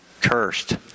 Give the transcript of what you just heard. cursed